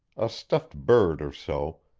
a stuffed bird or so,